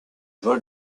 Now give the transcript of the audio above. vols